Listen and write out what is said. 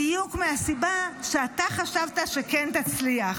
בדיוק מהסיבה שאתה חשבת שכן תצליח,